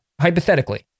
hypothetically